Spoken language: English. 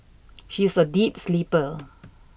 she is a deep sleeper